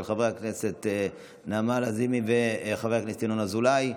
של חברת הכנסת נעמה לזימי וחבר הכנסת ינון אזולאי.